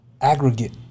aggregate